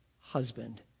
husband